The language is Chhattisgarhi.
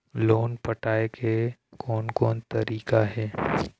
लोन पटाए के कोन कोन तरीका हे?